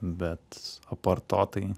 bet apart to tai